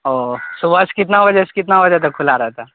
اوہ صبح سے کتنا بجے سے کتنا بجے تک کھلا رہتا